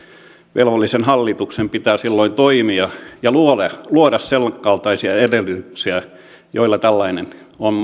velvollisen hallituksen pitää silloin toimia ja luoda luoda sen kaltaisia edellytyksiä joilla tällainen on